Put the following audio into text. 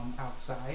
outside